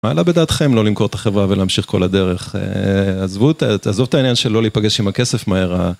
עלה בדעתכם לא למכור את החברה ולהמשיך כל הדרך. עזבו את עזבו את העניין של לא להיפגש עם הכסף מהר